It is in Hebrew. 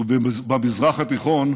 ובמזרח התיכון,